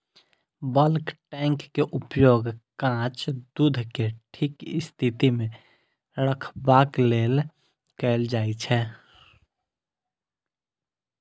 bulk tank के उपयोग कांच दूध कें ठीक स्थिति मे रखबाक लेल कैल जाइ छै